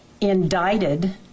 indicted